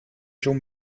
schon